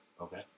Okay